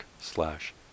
slash